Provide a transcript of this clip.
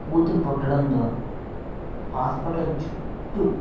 కూతురు పుట్టడంతో హాస్పిటల్ చుట్టూ